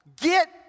get